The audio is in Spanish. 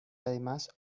además